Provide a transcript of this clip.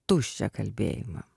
tuščią kalbėjimą